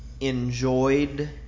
enjoyed